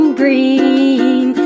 green